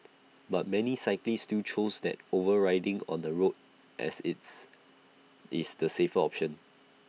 but many cyclists still choose that over riding on the road as its is the safer option